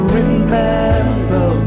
remember